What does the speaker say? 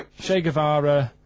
che guevara,